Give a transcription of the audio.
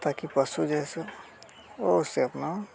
ताकि पशु जैसे वो उसे अपना